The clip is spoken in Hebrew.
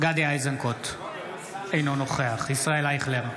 גדי איזנקוט, אינו נוכח ישראל אייכלר,